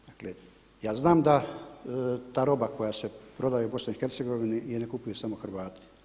Dakle ja znam da ta roba koja se prodaje u BiH je ne kupuju samo Hrvati.